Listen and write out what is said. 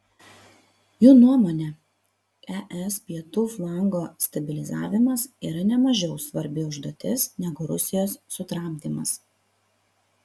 jų nuomone es pietų flango stabilizavimas yra nemažiau svarbi užduotis negu rusijos sutramdymas